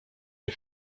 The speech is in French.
les